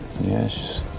Yes